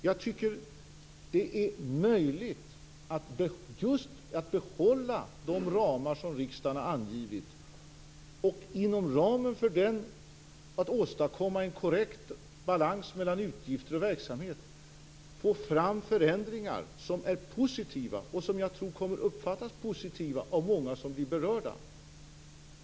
Jag tycker att det är möjligt att behålla de ramar som riksdagen har angivit och inom dessa åstadkomma en korrekt balans mellan utgifter och verksamhet. Man kan få fram förändringar som är positiva, och som jag tror kommer att uppfattas som positiva av många som blir berörda.